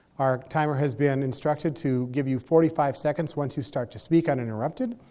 our timer has been instructed to give you forty five seconds. once you start to speak uninterrupted,